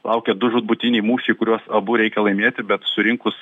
laukia du žūtbūtiniai mūšiai kuriuos abu reikia laimėti bet surinkus